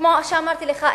כמו שאמרתי לך,